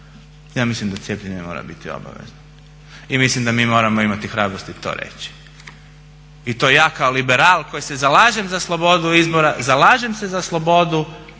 Ja mislim da cijepljenje mora biti obavezno. I mislim da mi moramo imati hrabrosti to reći. I to ja kao liberal koji se zalažem za slobodu izbora, zalažem se za slobodu u